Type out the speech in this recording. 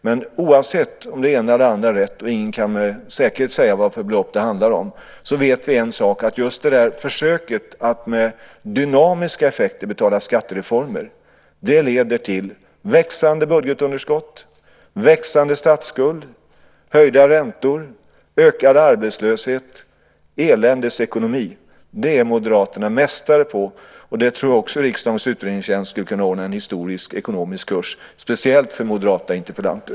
Men oavsett om det ena eller det andra är rätt - och ingen kan med säkerhet säga vilket belopp det handlar om - vet vi en sak, att just försöket att med dynamiska effekter betala skattereformer leder till växande budgetunderskott, växande statsskuld, höjda räntor, ökad arbetslöshet, eländes ekonomi. Det är Moderaterna mästare på, och det tror jag också att riksdagens utredningstjänst skulle kunna ordna en historisk ekonomisk kurs om speciellt för moderata interpellanter.